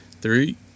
three